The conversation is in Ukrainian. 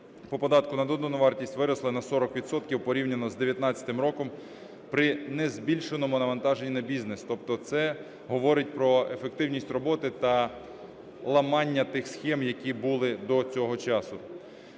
по податку на додану вартість виросли на 40 відсотків порівняно з 19-м роком при не збільшеному навантаженні на бізнес. Тобто це говорить про ефективність роботи та ламання тих схем, які були до цього часу.